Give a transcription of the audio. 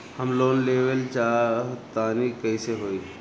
हम लोन लेवल चाह तानि कइसे होई?